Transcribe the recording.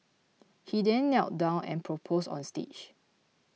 he then knelt down and proposed on stage